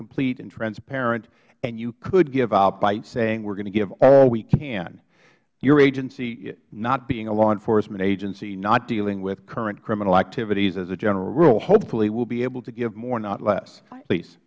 complete and transparent and you could give out by saying we are going to give all we can your agency not being a law enforcement agency not dealing with current criminal activities as a general rule hopefully will be able to give more not less please